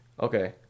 Okay